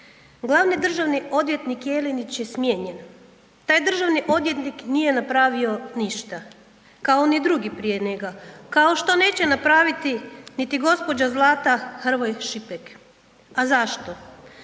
Glavni državni odvjetnik Jelinić je smijenjen, taj državni odvjetnik nije napravio ništa kao ni drugi prije njega, kao što neće napraviti niti gospođa Zlata Hrvoj Šipek. A zašto?